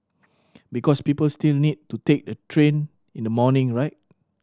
because people still need to take the train in the morning right